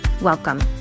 Welcome